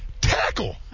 tackle